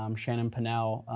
um shannon pinelle.